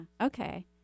Okay